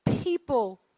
People